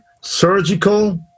surgical